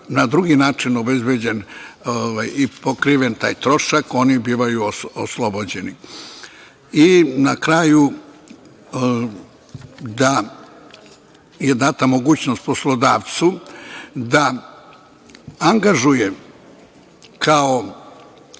na drugi način obezbeđen i pokriven taj trošak, oni bivaju oslobođeni. Na kraju, da je data mogućnost poslodavcu da angažuje kao